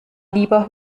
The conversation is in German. lieber